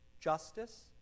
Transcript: justice